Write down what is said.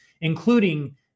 including